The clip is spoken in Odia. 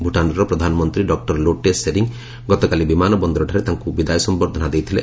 ଭୁଟାନ୍ର ପ୍ରଧାନମନ୍ତ୍ରୀ ଡକ୍ଟର ଲୋଟେ ସେରିଙ୍ଗ୍ ଗତକାଲି ବିମାନ ବନ୍ଦରଠାରେ ତାଙ୍କୁ ବିଦାୟ ସମ୍ଭର୍ଦ୍ଧନା ଦେଇଥିଲେ